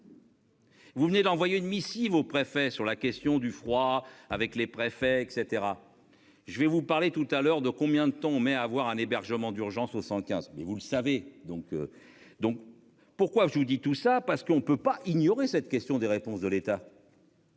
Vous venez d'envoyer une missive aux préfets, sur la question du froid avec les préfets et cetera. Je vais vous parler tout à l'heure de combien de temps on met à avoir un hébergement d'urgence, 75. Mais vous le savez donc. Donc pourquoi je vous dis tout ça parce qu'on ne peut pas ignorer cette question des réponses de l'État.